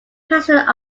president